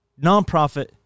nonprofit